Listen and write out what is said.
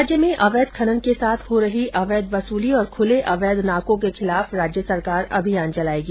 राज्य में अवैध खनन के साथ हो रही अवैध वसूली और खुले अवैध नाको के खिलाफ राज्य सरकार अभियान चलायेगी